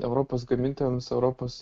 europos gamintojams europos